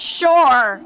sure